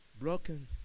broken